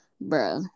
bro